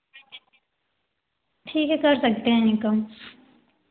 ठीक है कर सकते हैं जी कम